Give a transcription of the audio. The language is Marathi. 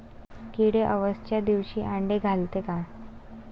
किडे अवसच्या दिवशी आंडे घालते का?